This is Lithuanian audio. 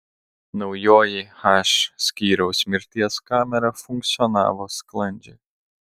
naujoji h skyriaus mirties kamera funkcionavo sklandžiai